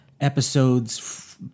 episodes